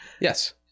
yes